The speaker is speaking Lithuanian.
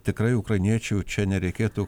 tikrai ukrainiečių čia nereikėtų